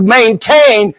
maintain